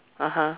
(uh huh)